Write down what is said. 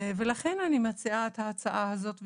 ולכן אני מציעה את ההצעה הזאת.